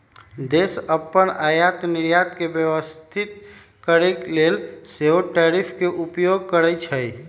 देश अप्पन आयात निर्यात के व्यवस्थित करके लेल सेहो टैरिफ के उपयोग करइ छइ